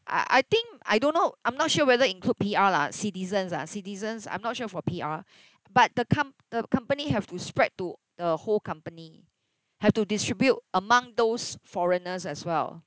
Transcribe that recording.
I I think I don't know I'm not sure whether include P_R lah citizens ah citizens I'm not sure for P_R but the com~ the company have to spread to the whole company have to distribute among those foreigners as well